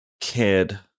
kid